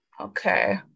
Okay